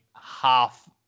half